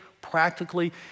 practically